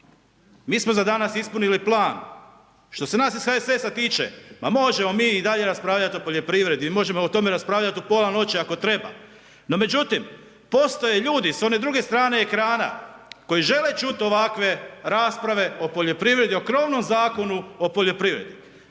mi smo za danas ispunili plan, što se nas iz HSS-a tiče ma možemo mi i dalje raspravljati o poljoprivredi, možemo o tome raspravljati u pola noći ako treba, no međutim postoje ljudi s one drugi strane ekrana koji žele čut ovakve rasprave o poljoprivredni o krovnom Zakonu o poljoprivredi.